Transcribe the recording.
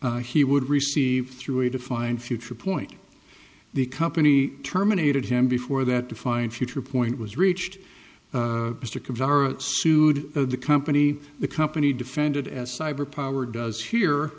he would receive through a defined future point the company terminated him before that defined future point was reached mr cavender sued the company the company defended as cyber power does here